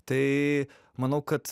tai manau kad